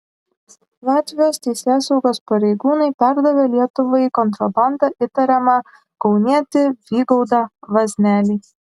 latvijos teisėsaugos pareigūnai perdavė lietuvai kontrabanda įtariamą kaunietį vygaudą vaznelį